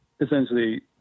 Essentially